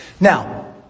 Now